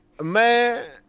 Man